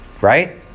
Right